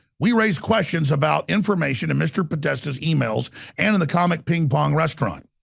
we raised questions about information in mr. podesta's emails and and the comet ping pong restaurant.